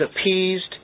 appeased